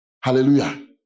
Hallelujah